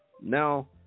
now